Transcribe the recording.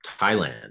Thailand